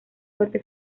suerte